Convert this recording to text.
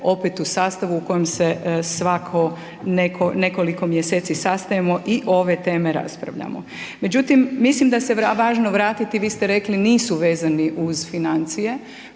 opet u sastavu u kojem se svako nekoliko mjeseci sastajemo i ove treme raspravljamo. Međutim, mislim da se važno vratiti, vi ste rekli nisu vezani uz financije,